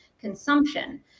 consumption